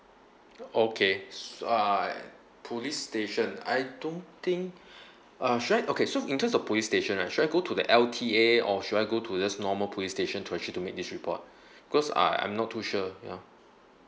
okay so uh police station I don't think uh should I okay so in terms of police station right should I go to the L_T_A or should I go to just normal police station to actually to make this report cause I I'm not too sure ya